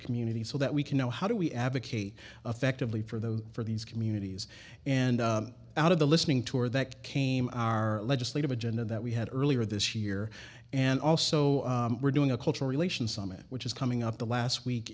community so that we can know how do we advocate effectively for those for these communities and out of the listening tour that came our legislative agenda that we had earlier this year and also we're doing a cultural relations summit which is coming up the last week